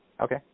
Okay